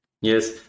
yes